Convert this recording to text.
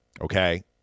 okay